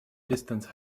distance